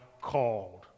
called